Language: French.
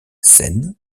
seine